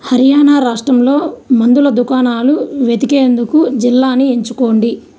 హర్యాణా రాష్ట్రంలో మందుల దుకాణాలు వెతికేందుకు జిల్లాని ఎంచుకోండి